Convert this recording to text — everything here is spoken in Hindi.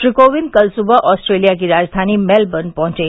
श्री कोविंद कल सुबह ऑस्ट्रेलिया की राजघानी मेलबर्ने पहुंचे